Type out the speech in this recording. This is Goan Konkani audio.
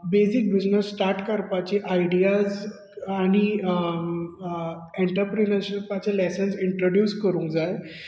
बेजीक बिजनॅस स्टार्ट करपाची आयडीयास आनी एँटरप्रोनरशीपाचे लेसन्स इंट्रोड्युस करूंक जाय